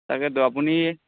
তাকেটো আপুনি